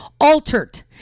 altered